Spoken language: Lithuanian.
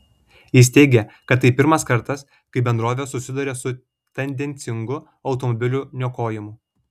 jis teigė kad tai pirmas kartas kai bendrovė susiduria su tendencingu automobilių niokojimu